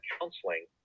counseling